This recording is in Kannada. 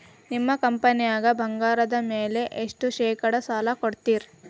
ನಿಮ್ಮ ಕಂಪನ್ಯಾಗ ಬಂಗಾರದ ಮ್ಯಾಲೆ ಎಷ್ಟ ಶೇಕಡಾ ಸಾಲ ಕೊಡ್ತಿರಿ?